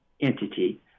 entity